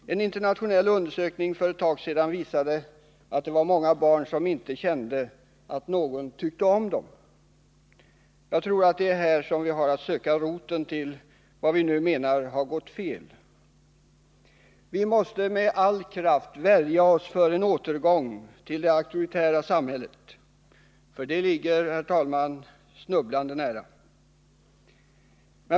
En internationell undersökning för ett tag sedan visade att det var många barn i Sverige som inte kände att någon tyckte om dem. Jag tror att det är här vi har att söka roten till vad vi nu menar har gått fel. Vi måste med all kraft värja oss för en återgång till ett auktoritärt samhälle — det ligger, herr talman, snubblande nära.